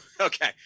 okay